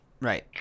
Right